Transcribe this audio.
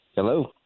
Hello